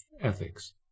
ethics